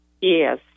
Yes